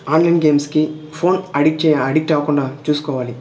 online గేమ్స్కి phone addict చే addict అవకుండా చూసుకోవాలి